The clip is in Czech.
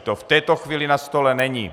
To v této chvíli na stole není.